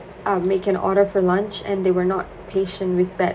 uh make an order for lunch and they were not patient with that